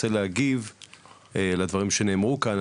רוצה להגיב לדברים שנאמרו כאן,